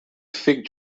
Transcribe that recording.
fig